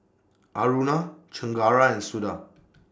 Aruna Chengara and Suda